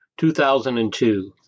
2002